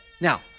Now